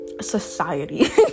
society